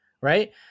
right